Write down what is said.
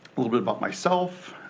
a little bit about myself.